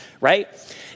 right